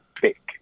Pick